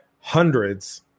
hundreds